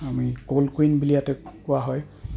আমি বুলি ইয়াতে কোৱা হয়